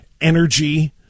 energy